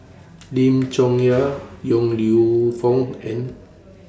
Lim Chong Yah Yong Lew Foong and